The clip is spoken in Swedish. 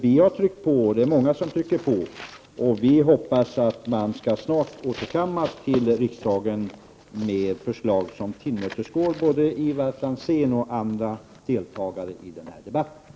Vi har tryckt på, och det är många som trycker på, och vi hoppas att regeringen snart skall återkomma till riksdagen med förslag som tillmötesgår både Ivar Franzén och andra deltagare i den här debatten.